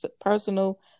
personal